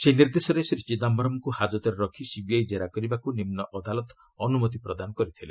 ସେହି ନିର୍ଦ୍ଦେଶରେ ଶ୍ରୀ ଚିଦାୟରମଙ୍କୁ ହାଜତରେ ରଖି ସିବିଆଇ ଜେରା କରିବାକୁ ନିମ୍ବୁଅଦାଲତ ଅନୁମତି ପ୍ରଦାନ କରିଥିଲେ